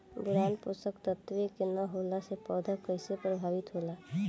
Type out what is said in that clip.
Boron पोषक तत्व के न होला से पौधा कईसे प्रभावित होला?